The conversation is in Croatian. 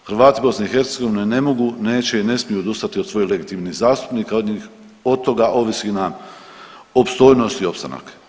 Hrvati BiH ne mogu, neće i ne smiju odustati od svojih legitimnih zastupnika, od toga ovisi na opstojnost i opstanak.